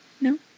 No